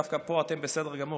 דווקא פה אתם בסדר גמור,